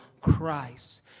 Christ